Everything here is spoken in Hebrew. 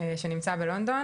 שנמצא בלונדון.